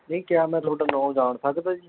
ਨਹੀਂ ਕਿਆ ਮੈਂ ਤੁਹਾਡਾ ਨਾਂ ਜਾਣ ਸਕਦਾ ਜੀ